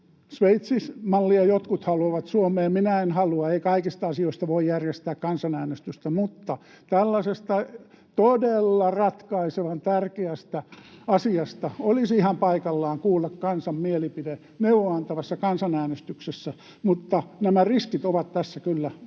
Sveitsin mallia jotkut haluavat Suomeen, minä en halua. Ei kaikista asioista voi järjestää kansanäänestystä, mutta tällaisesta todella ratkaisevan tärkeästä asiasta olisi ihan paikallaan kuulla kansan mielipide neuvoa-antavassa kansanäänestyksessä, mutta nämä riskit ovat tässä kyllä